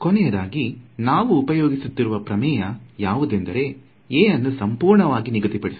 ಕೊನೆಯದಾಗಿ ನಾವು ಉಪಯೋಗಿಸುತ್ತಿರುವ ಪ್ರಮೇಯ ಯಾವುದೆಂದರೆ A ಅನ್ನು ಸಂಪೂರ್ಣವಾಗಿ ನಿಗದಿಪಡಿಸುವುದು